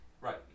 Right